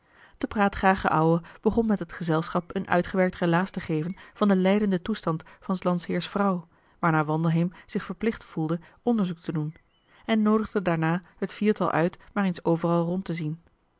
de praatgrage oude begon met het gezelschap een uitgewerkt relaas te geven van den lijdenden toestand van s landheers vrouw waarnaar wandelheem zich verplicht voelde onderzoek te doen en noodigde daarna het viertal uit maar eens overal rondtezien de